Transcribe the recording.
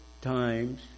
times